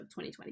2020